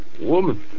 Woman